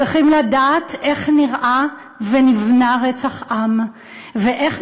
צריכים לדעת איך נראה ונבנה רצח עם ואיך